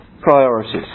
priorities